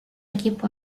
equipo